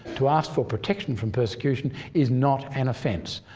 to ask for protection from persecution is not an offence.